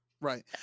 Right